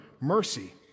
mercy